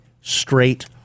straight